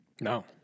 No